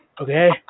Okay